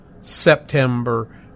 September